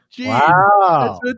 Wow